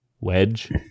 Wedge